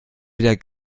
wieder